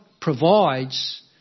provides